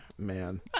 Man